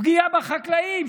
פגיעה בחקלאים,